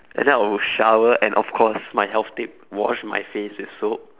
and then I will shower and of course my health tip wash my face with soap